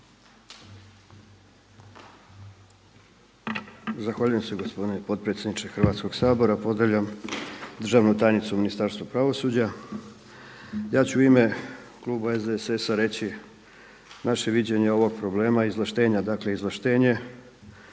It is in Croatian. Zahvaljujem se gospodine potpredsjedniče Hrvatskog sabora. Pozdravljam državnu tajnicu u Ministarstvu pravosuđa. Ja ću u ime kluba SDSS-a reći naše viđenje ovog problema izvlaštenja, dakle izvlaštenje